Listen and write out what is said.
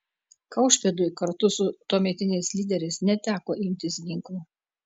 kaušpėdui kartu su tuometiniais lyderiais neteko imtis ginklų